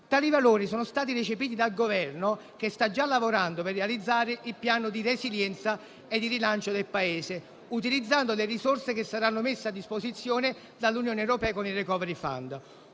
Tali valori sono stati recepiti dal Governo, che sta già lavorando per realizzare il Piano nazionale di ripresa e resilienza, utilizzando le risorse che saranno messe a disposizione dall'Unione europea con il *recovery fund*.